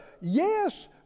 Yes